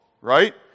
right